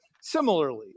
similarly